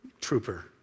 trooper